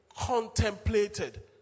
contemplated